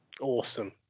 awesome